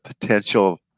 potential